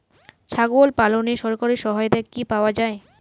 ছাগল পালনে সরকারি সহায়তা কি পাওয়া যায়?